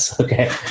Okay